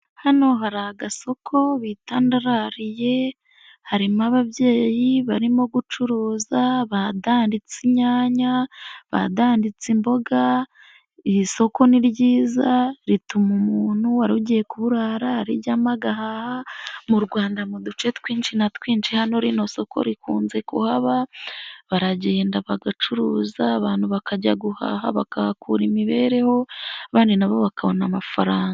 Hano hari agasoko bita ndarariye harimo ababyeyi barimo gucuruza badanditse inyanya, badanditse imboga, iri soko ni ryiza rituma umuntu wari ugiye kuburara arijyamo agahaha mu Rwanda mu duce twinshi na twinshi hano rino soko rikunze kuhaba baragenda bagacuruza abantu bakajya guhaha bakahakura imibereho abandi nabo bakabona amafaranga.